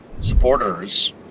supporters